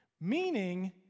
meaning